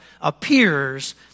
appears